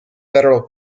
federal